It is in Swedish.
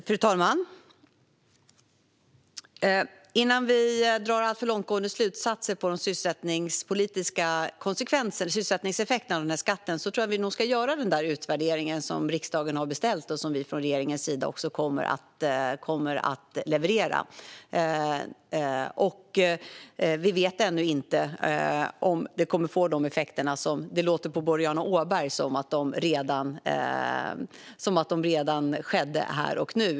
Fru talman! Innan vi drar alltför långtgående slutsatser av sysselsättningseffekterna av skatten ska vi nog göra den utvärdering som riksdagen har beställt och som regeringen också kommer att leverera. Vi vet ännu inte om vi kommer att få de effekter som Boriana Åberg lyfter fram. Det låter på henne som om de redan har skett här och nu.